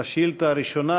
על השאילתה הראשונה,